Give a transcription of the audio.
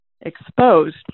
exposed